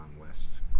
West